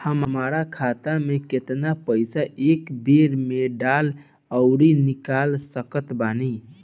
हमार खाता मे केतना पईसा एक बेर मे डाल आऊर निकाल सकत बानी?